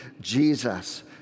Jesus